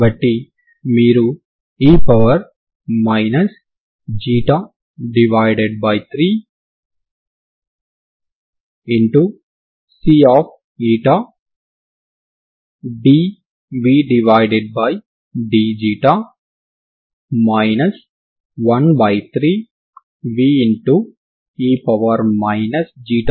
కాబట్టి మనం పూర్తి డొమైన్ లో లేదా సెమీ ఇన్ఫినిటీ డొమైన్ లో తరంగ సమీకరణానికి ఈ సరిహద్దు విలువలు కలిగిన సమస్యలను కలిగి ఉన్నాము మరియు మనం ఒక పరిష్కారాన్ని అందించాము సరేనా